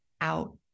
out